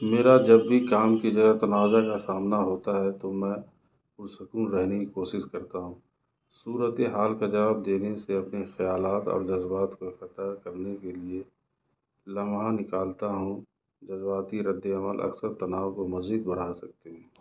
میرا جب بھی کام کی جگہ تنازعہ کا سامنا ہوتا ہے تو میں پُرسکون رہنے کی کوشش کرتا ہوں صورتِ حال کا جواب دینے سے اپنے خیالات اور جذبات کو پتہ کرنے کے لیے لمحہ نکالتا ہوں جذباتی ردِعمل اکثر تناؤ کو مزید بڑھا سکتی ہیں